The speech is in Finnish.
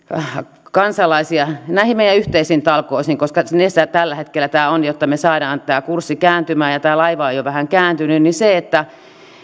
lähdetään sitouttamaan kansalaisia näihin meidän yhteisiin talkoisiin mitä ne tällä hetkellä ovat jotta saadaan tämä kurssi kääntymään ja tämä laiva on jo vähän kääntynyt niin sen takia toivoisin